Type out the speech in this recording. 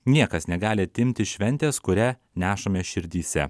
niekas negali atimti šventės kurią nešame širdyse